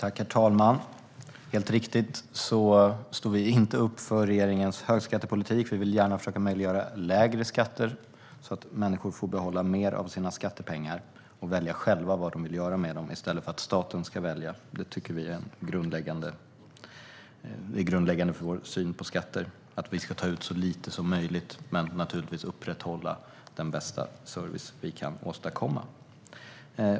Herr talman! Helt riktigt står vi inte upp för regeringens högskattepolitik. Vi vill gärna försöka möjliggöra lägre skatter, så att människor får behålla mer av sina pengar och själva får välja vad de vill göra med dem i stället för att staten ska välja. Grundläggande för vår syn på skatter är att vi ska ta ut så lite som möjligt men naturligtvis upprätthålla den bästa service vi kan åstadkomma.